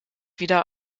wieder